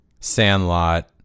Sandlot